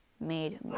made